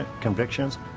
convictions